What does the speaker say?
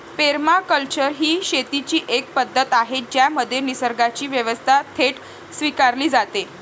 permaculture ही शेतीची एक पद्धत आहे ज्यामध्ये निसर्गाची व्यवस्था थेट स्वीकारली जाते